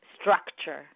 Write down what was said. structure